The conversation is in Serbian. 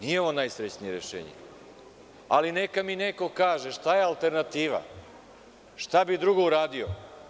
Nije ovo najsrećnije rešenje, ali neka mi neko kaže šta je alternativa, šta bi drugo uradio?